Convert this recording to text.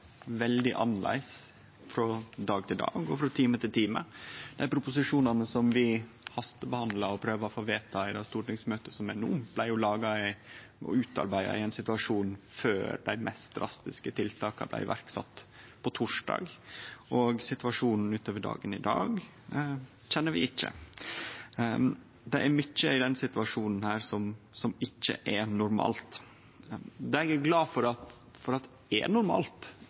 veldig annleis frå dag til dag og frå time til time. Dei proposisjonane som vi hastebehandlar og prøver å få vedteke i det stortingsmøtet som er no, blei jo utarbeidde i ein situasjon før dei mest drastiske tiltaka blei iverksette på torsdag, og situasjonen utover dagen i dag kjenner vi ikkje. Det er mykje i denne situasjonen som ikkje er normalt. Det eg er glad for er normalt, er at